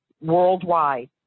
worldwide